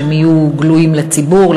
הם יהיו גלויים לציבור,